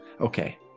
Okay